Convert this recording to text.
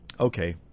Okay